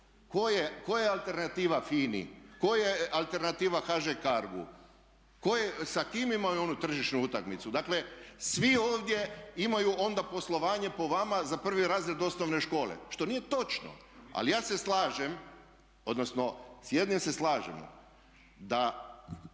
Koja je alternativa FINA-i? Koja je alternativa HŽ Cargo-u? Sa kim imaju oni tržišnu utakmicu? Dakle, svi ovdje imaju onda poslovanje po vama za prvi razred osnovne škole. Što nije točno! Ali ja se slažem, odnosno s jednim se slažemo, da